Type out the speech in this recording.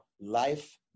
life